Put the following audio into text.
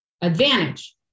advantage